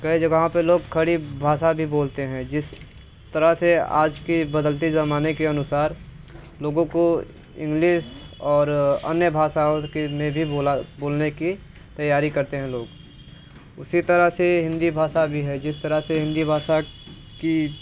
कई जगह पे लोग खड़ी भाषा भी बोलते हैं जिस तरह से आज की बदलती जमाने के अनुसार लोगों को इंग्लिश और अन्य भाषाओं के में भी बोलने की तैयारी करते हैं लोग उसी तरह से हिंदी भाषा भी है जिस तरह से हिंदी भाषा की